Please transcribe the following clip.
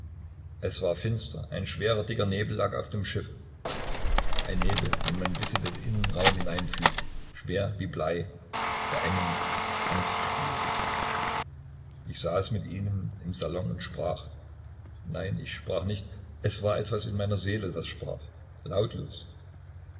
es war finster ein schwerer dicker nebel lag auf dem schiffe ein nebel den man bis in den innenraum hineinfühlte schwer wie blei beengend angstschwül ich saß mit ihnen im salon und sprach nein ich sprach nicht es war etwas in meiner seele das sprach lautlos